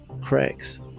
cracks